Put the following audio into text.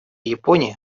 японии